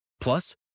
Plus